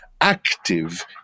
active